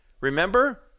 Remember